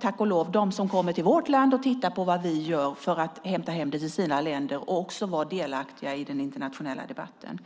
tack och lov de som kommer till vårt land för att titta på vad vi gör för att hämta hem det till sina länder och vara delaktiga i den internationella debatten.